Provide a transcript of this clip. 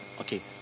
okay